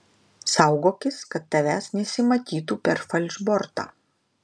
saugokis kad tavęs nesimatytų per falšbortą